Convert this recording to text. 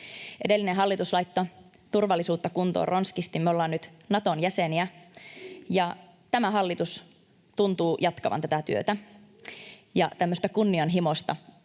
Edellinen hallitus laittoi turvallisuutta kuntoon ronskisti, me ollaan nyt Naton jäseniä, ja tämä hallitus tuntuu jatkavan tätä työtä ja tämmöistä kunnianhimoista